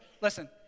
listen